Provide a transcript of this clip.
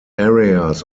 areas